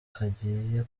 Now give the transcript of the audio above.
kagiye